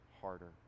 harder